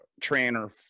trainer